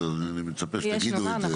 אני מצפה שתגידו את זה.